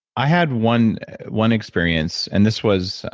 i had one one experience, and this was